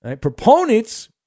Proponents